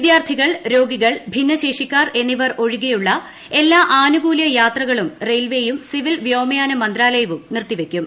വിദ്യാർത്ഥികൾ രോഗികൾ ഭിന്നശേഷിക്കാർ എന്നിവർ ഒഴികെയുള്ള എല്ലാ ആനുകൂല്യ യാത്രകളും റെയിൽവേയും സിവിൽ വ്യോമയാന മന്ത്രാലയവും നിർത്തിവയ്ക്കും